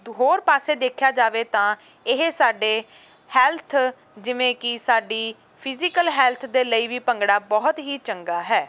ਹੋਰ ਪਾਸੇ ਦੇਖਿਆ ਜਾਵੇ ਤਾਂ ਇਹ ਸਾਡੇ ਹੈਲਥ ਜਿਵੇਂ ਕਿ ਸਾਡੀ ਫਿਜੀਕਲ ਹੈਲਥ ਦੇ ਲਈ ਵੀ ਭੰਗੜਾ ਬਹੁਤ ਹੀ ਚੰਗਾ ਹੈ